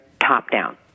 top-down